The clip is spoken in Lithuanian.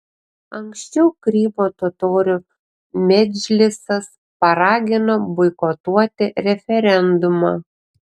anksčiau krymo totorių medžlisas paragino boikotuoti referendumą